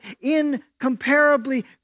incomparably